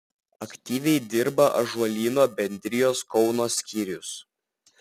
aktyviai dirba ąžuolyno bendrijos kauno skyrius